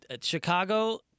Chicago